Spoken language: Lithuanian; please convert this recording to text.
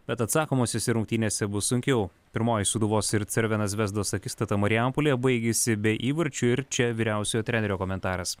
bet atsakomosiose rungtynėse bus sunkiau pirmoji sūduvos ir cervena zvezdos akistata marijampolėje baigėsi be įvarčių ir čia vyriausiojo trenerio komentaras